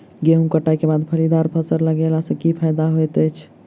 गेंहूँ कटाई केँ बाद फलीदार फसल लगेला सँ की फायदा हएत अछि?